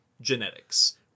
genetics